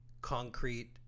concrete